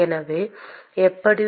எனவே எப்படி